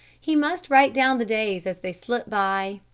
he must write down the days as they slip by,